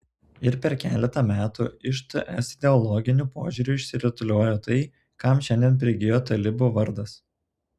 ir per keletą metų iš ts ideologiniu požiūriu išsirutuliojo tai kam šiandien prigijo talibų vardas